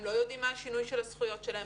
הם לא יודעים מה השינוי של הזכויות שלהם,